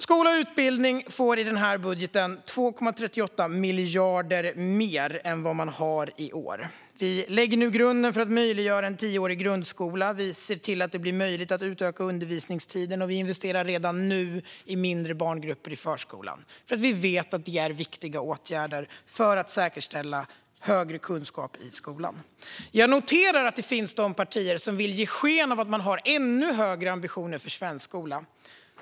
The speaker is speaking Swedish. Skola och utbildning får med vår budget 2,38 miljarder mer än vad man har i år. Vi lägger nu grunden för att möjliggöra en tioårig grundskola, vi ser till att det blir möjligt att utöka undervisningstiden och vi investerar redan nu i mindre barngrupper i förskolan, för vi vet att det är viktiga åtgärder för att säkerställa högre kunskaper i skolan. Jag noterar att det finns partier som vill ge sken av att man har ännu högre ambitioner för svensk skola.